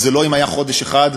זה לא אם היה חודש אחד,